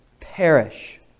perish